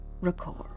Record